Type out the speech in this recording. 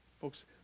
Folks